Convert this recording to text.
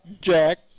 Jack